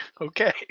Okay